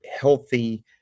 healthy